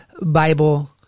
Bible